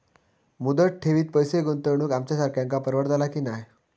मुदत ठेवीत पैसे गुंतवक आमच्यासारख्यांका परवडतला की नाय?